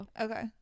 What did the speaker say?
okay